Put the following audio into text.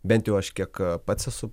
bent jau aš kiek pats esu